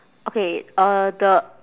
okay uh the